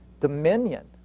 dominion